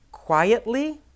Quietly